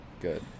Good